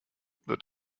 wird